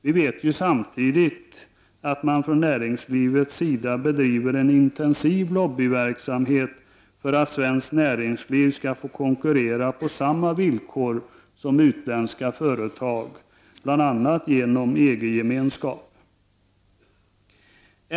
Vi vet ju att näringslivet samtidigt bedriver en intensiv lobbyverksamhet som syftar till att svenskt näringsliv skall få konkurrera på samma villkor som de som utländska företag har — bl.a. genom svenskt EG medlemskap.